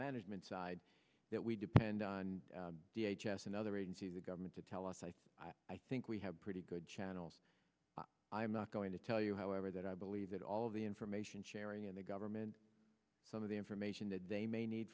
management side that we depend on the h s and other agencies of government to tell us i i think we have pretty good channels i'm not going to tell you however that i believe that all of the information sharing in the government some of the information that they may need